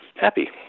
happy